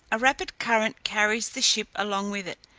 a rapid current carries the ship along with it,